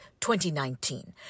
2019